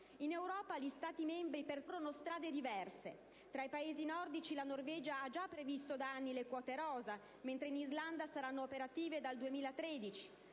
In Europa gli Stati membri percorrono strade diverse. Tra i Paesi nordici, la Norvegia ha già previsto da anni le quote rosa, mentre in Islanda queste saranno operative dal 2013.